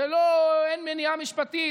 אין מניעה משפטית,